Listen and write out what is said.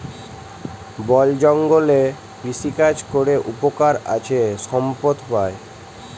বল জঙ্গলে কৃষিকাজ ক্যরে উপকার আছে সম্পদ পাই